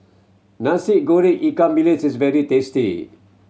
Nasi Goreng ikan bilis is very tasty